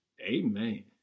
Amen